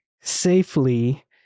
safely